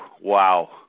Wow